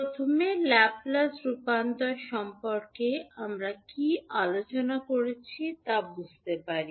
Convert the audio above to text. প্রথমে আমরা ল্যাপলেস রূপান্তর সম্পর্কে কী আলোচনা করেছি তা বুঝতে পারি